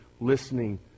listening